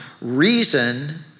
reason